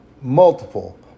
multiple